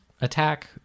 attack